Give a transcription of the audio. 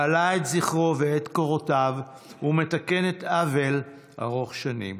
מעלה את זכרו ואת קורותיו ומתקנת עוול ארוך שנים.